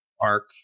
arc